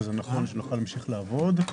כדי שנוכל להמשיך לעבוד.